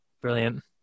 brilliant